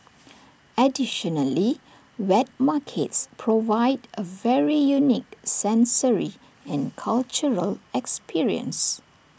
additionally wet markets provide A very unique sensory and cultural experience